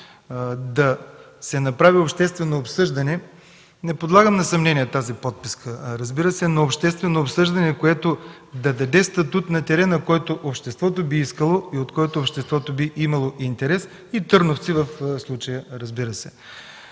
да се направи обществено обсъждане. Не подлагам на съмнение тази подписка, разбира се, на обществено обсъждане, което да даде статут на терена, който обществото би искало и от който обществото би имало интерес, и търновци в случая, разбира се.